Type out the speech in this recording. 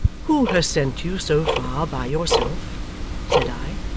who has sent you so far by yourself said i.